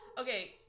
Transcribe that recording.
Okay